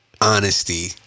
honesty